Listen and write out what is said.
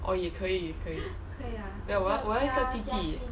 oh 也可以也可以 ya 我要一个弟弟